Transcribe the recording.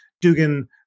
Dugan